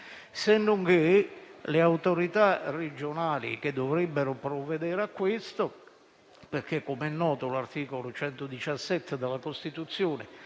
Senonché le autorità regionali che dovrebbero provvedere a ciò - com'è noto, l'articolo 117 della Costituzione